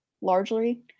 largely